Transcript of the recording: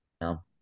No